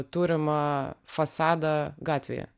turimą fasadą gatvėje